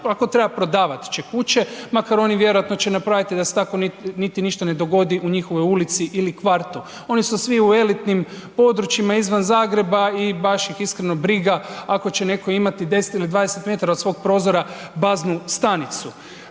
ako treba prodavat će kuće makar oni vjerojatno će napraviti da se tako niti ništa ne dogodi u njihovoj ulici ili u njihovom kvartu. Oni su svi u elitnim područjima izvan Zagreba i baš ih iskreno briga ako će neko imati 10 ili 20 metara od svog prozora baznu stanicu.